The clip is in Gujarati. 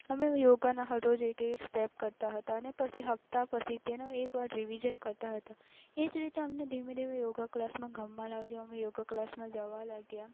અમે યોગાના હરરોજ એક એક સ્ટેપ કરતાં હતા પછી હપ્તા પછી તેનું એકવાર રિવિજન કરતાં હતા એ જ રીતે અમને ધીમે ધીમે યોગા ક્લાસમાં ગમવા લાગ્યું અમે યોગા ક્લાસમાં જવા લાગ્યા